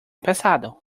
pesado